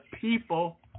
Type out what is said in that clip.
people